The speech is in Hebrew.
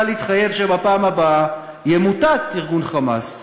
להתחייב שבפעם הבאה ימוטט ארגון "חמאס".